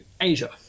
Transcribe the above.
Asia